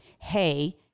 hey